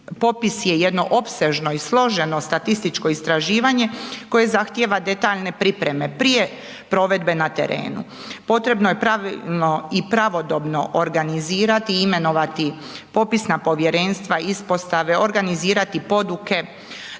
popis je jedno opsežno i složeno statističko istraživanje koje zahtjeva detaljne pripreme prije provedbe na terenu. Potrebno je pravilno i pravodobno organizirati i imenovati popisna povjerenstva, ispostave, organizirati poduke,